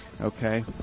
Okay